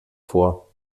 vor